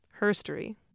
Herstory